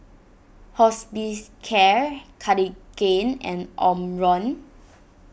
Hospicare Cartigain and Omron